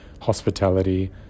hospitality